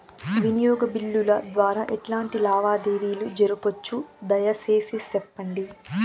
వినియోగ బిల్లుల ద్వారా ఎట్లాంటి లావాదేవీలు జరపొచ్చు, దయసేసి సెప్పండి?